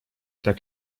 tak